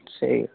स्हेई